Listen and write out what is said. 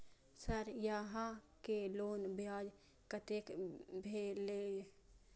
Sir यहां के loan ब्याज कतेक भेलेय?